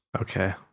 Okay